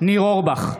ניר אורבך,